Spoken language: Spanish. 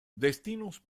destinos